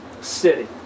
city